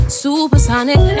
supersonic